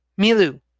Milu